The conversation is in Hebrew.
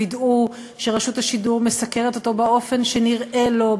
וידאו שרשות השידור מסקרת אותו באופן שנראה לו,